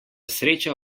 sreča